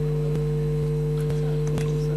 אנחנו בזמן פציעות.